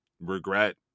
regret